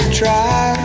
try